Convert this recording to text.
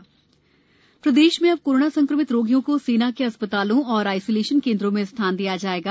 सेना का सहयोग प्रदेश में अब कोरोना संक्रमित रोगियों को सेना के अस्पतालों और आइसोलेशन केंद्रों में स्थान दिया जाएगा